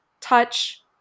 touch